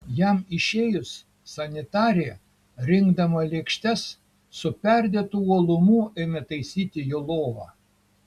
jam išėjus sanitarė rinkdama lėkštes su perdėtu uolumu ėmė taisyti jo lovą